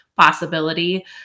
possibility